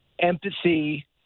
empathy